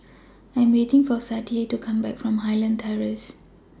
I Am waiting For Sadye to Come Back from Highland Terrace